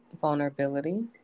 vulnerability